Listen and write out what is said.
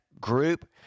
group